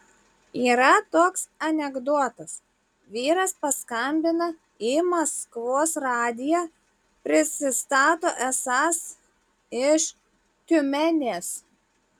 yra toks anekdotas vyras paskambina į maskvos radiją prisistato esąs iš tiumenės